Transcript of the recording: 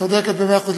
צודקת במאה אחוז.